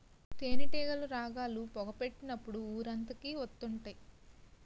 తేనేటీగలు రాగాలు, పొగ పెట్టినప్పుడు ఊరంతకి వత్తుంటాయి